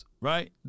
right